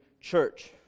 church